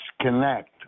connect